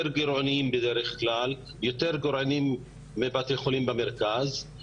גרעוניים בדרך כלל מבתי חולים במרכז.